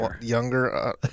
younger